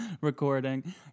recording